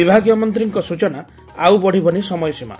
ବିଭାଗୀୟ ମନ୍ତୀଙ୍କ ସୂଚନା ଆଉ ବଢ଼ିବନି ସମୟ ସୀମା